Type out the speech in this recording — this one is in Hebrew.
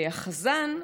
והחזן,